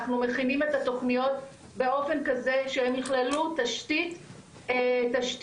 אנחנו מכינים את התוכניות באופן כזה שהם יכללו תשתית מקצועית,